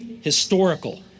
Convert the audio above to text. historical